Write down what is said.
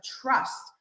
trust